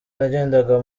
nagendaga